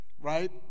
right